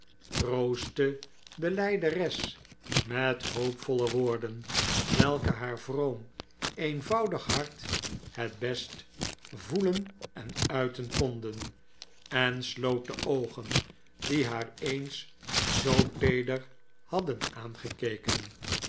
troostte de lijderes met hoopvolle woorden welke haar vroom eenvoudig hart het best voelen en uiten konden en sloot de oogen die haar eens zoo teeder hadden aangekeken